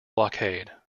blockade